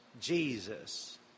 Jesus